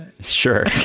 Sure